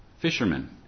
fishermen